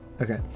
Okay